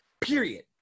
period